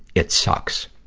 it sucks.